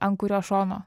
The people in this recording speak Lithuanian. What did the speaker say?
ant kurio šono užmigti